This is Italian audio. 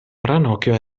ranocchio